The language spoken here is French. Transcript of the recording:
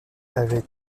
avec